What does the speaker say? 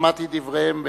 שמעתי את דבריהם.